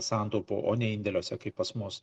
santaupų o ne indėliuose kaip pas mus